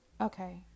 Okay